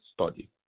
study